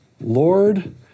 Lord